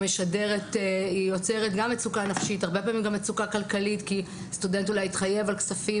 היא יוצרת מצוקה נפשית ומצוקה כלכלית כי סטודנטים מתחייבים על כספים